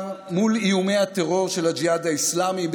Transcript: מול איומי הטרור של הג'יהאד האסלאמי.